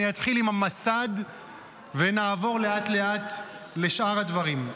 אני אתחיל עם המסד ונעבור לאט-לאט לשאר הדברים.